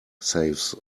saves